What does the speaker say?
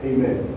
Amen